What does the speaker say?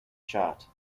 chart